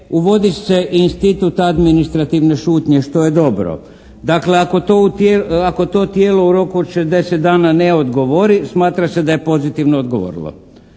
uvodi se institut administrativne šutnje, što je dobro. Dakle ako to tijelo u roku od 60 dana ne odgovori smatra se da je pozitivno odgovorilo.